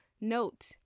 note